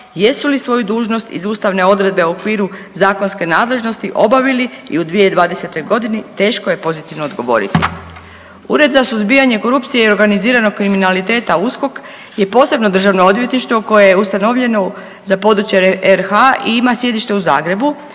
jesu li svoju dužnost iz ustavne odredbe u okviru zakonske nadležnosti obavili i u 2020.g. teško je pozitivno odgovoriti. Ured za suzbijanje korupcije i organiziranog kriminaliteta USKOK je posebno državno odvjetništvo koje je ustanovljeno za područje RH i ima sjedište u Zagrebu.